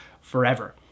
forever